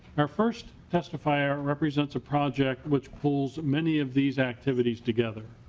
our first testifier represents a project which pulls many of these activities together.